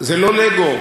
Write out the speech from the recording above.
זה לא לגו.